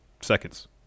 seconds